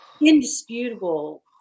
indisputable